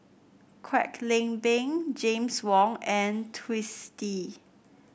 Kwek Leng Beng James Wong and Twisstii